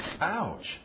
Ouch